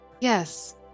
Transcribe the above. Yes